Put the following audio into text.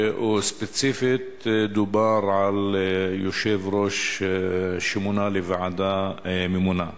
וספציפית דובר על יושב-ראש שמונה לוועדה ממונה.